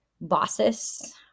bosses